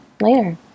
later